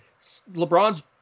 LeBron's